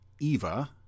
Eva